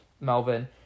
Melvin